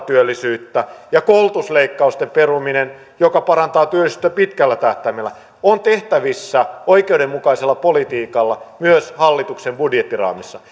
työllisyyttä sekä koulutusleikkausten peruminen joka parantaa työllisyyttä pitkällä tähtäimellä ovat tehtävissä oikeudenmukaisella politiikalla myös hallituksen budjettiraamissa